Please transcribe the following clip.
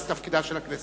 זה תפקידה של הכנסת.